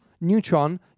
Neutron